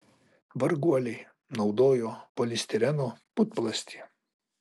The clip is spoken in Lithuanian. varguoliai naudojo polistireno putplastį